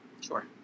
Sure